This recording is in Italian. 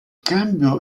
cambio